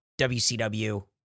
WCW